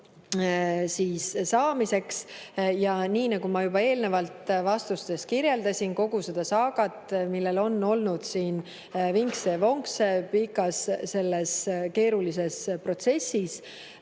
saamiseks. Nagu ma juba eelnevalt vastustes kirjeldasin kogu seda saagat, millel on olnud vinkse ja vonkse pikas ja keerulises protsessis,